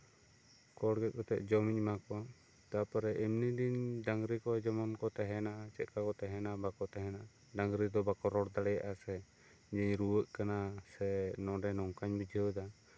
ᱠᱷᱚᱲ ᱜᱮᱛ ᱠᱟᱛᱮᱜ ᱡᱚᱢᱤᱧ ᱮᱢᱟ ᱠᱚᱣᱟ ᱛᱟᱨᱯᱚᱨᱮ ᱮᱢᱱᱤ ᱫᱤᱱ ᱰᱟᱝᱨᱤ ᱠᱚ ᱡᱮᱢᱚᱱ ᱠᱚ ᱛᱟᱦᱮᱱᱟ ᱪᱮᱫ ᱠᱟ ᱠᱚ ᱛᱟᱦᱮᱱᱟ ᱵᱟᱠᱚ ᱛᱟᱦᱮᱱᱟ ᱰᱟᱝᱨᱤ ᱫᱚ ᱵᱟᱠᱚ ᱨᱚᱲ ᱫᱟᱲᱮᱭᱟᱜᱼᱟ ᱥᱮ ᱨᱩᱣᱟᱹᱜ ᱠᱟᱱᱟ ᱥᱮ ᱱᱚᱰᱮ ᱱᱚᱝᱠᱟᱧ ᱵᱩᱡᱷᱟᱹᱣ ᱫᱟ